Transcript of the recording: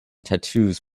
tattoos